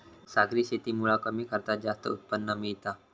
सागरी शेतीमुळा कमी खर्चात जास्त उत्पन्न मिळता